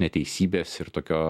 neteisybės ir tokio